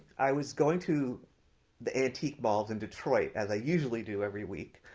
i was going to the antique malls in detroit, as i usually do every week,